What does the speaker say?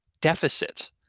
deficit